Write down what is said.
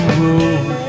road